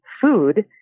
food